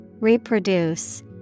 Reproduce